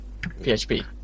PHP